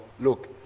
Look